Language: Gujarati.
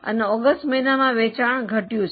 અને ઓગસ્ટ મહિનામાં વેચાણ ઘટ્યું છે